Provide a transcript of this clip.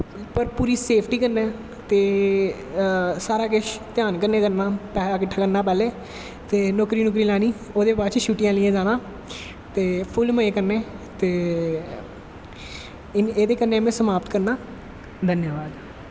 पर पूरी सेफ्टी कन्नै ते सारा किश ध्यान कन्नैं करनां पैसा किट्ठा करनां पैह्नें नौकरी नूकरी लैनी ते ओह्दे बाद च शुट्टियां लेईयै जाना ते फुल्ल मज़े कन्नै ते एह्दे कन्नै में समाप्त करनां ते धन्यवाद